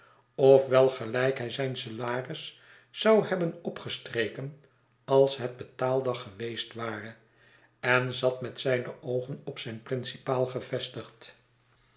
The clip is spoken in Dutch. wel gelijk hij zijn salaris zou hebben opgestreken als het betaaldag geweest ware en zat met zijne oogen op zijn principaal gevestigd